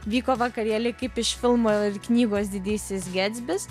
vyko vakarėliai kaip iš filmo ir knygos didysis getsbis